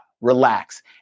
relax